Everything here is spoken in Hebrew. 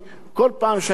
וחוזרים בשלום,